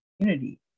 community